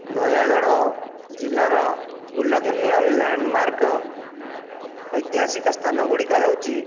ନୟାଗଡ଼ ଜିଲ୍ଲାର ଉଲ୍ଲେଖନୀୟ landmark ଐତିହାସିକ ସ୍ଥାନ ଗୁଡ଼ିକ ହେଉଛି